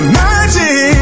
magic